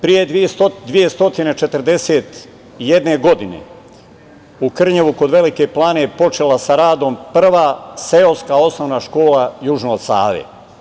Pre 241 godine u Krnjevu kod Velike Plane je počela sa radom prva seoska osnovna škola južno od Save.